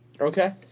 Okay